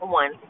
one